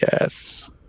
yes